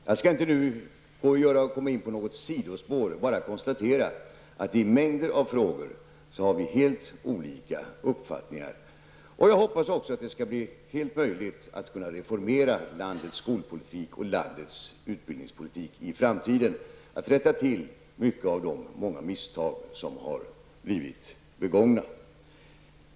Jag skall nu inte komma in på något sidospår utan bara konstatera att vi i många frågor har helt olika uppfattningar. Jag hoppas också att det skall bli möjligt att reformera landets skolpolitik och landets utbildningspolitik i framtiden, att rätta till många av de misstag som har blivit begångna.